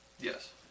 Yes